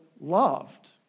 loved